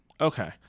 Okay